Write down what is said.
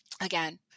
again